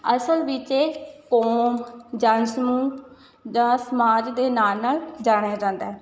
ਅਸਲ ਵਿੱਚ ਇਹ ਕੌਮ ਜਨ ਸਮੂਹ ਜਾਂ ਸਮਾਜ ਦੇ ਨਾਂ ਨਾਲ਼ ਜਾਣਿਆ ਜਾਂਦਾ